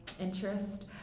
interest